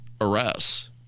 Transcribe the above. arrests